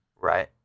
right